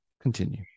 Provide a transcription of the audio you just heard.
Continue